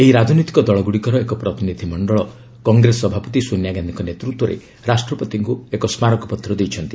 ଏହି ରାଜନୈତିକ ଦଳଗୁଡ଼ିକର ଏକ ପ୍ରତିନିଧି ମଣ୍ଡଳ କଂଗ୍ରେସ ସଭାପତି ସୋନିଆ ଗାନ୍ଧିଙ୍କ ନେତୃତ୍ୱରେ ରାଷ୍ଟ୍ରପତିଙ୍କୁ ଏକ ସ୍କାରକପତ୍ର ଦେଇଛନ୍ତି